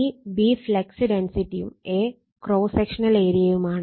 ഈ B flux ഡെൻസിറ്റിയും A cross sectional ഏരിയയുമാണ്